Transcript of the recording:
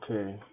Okay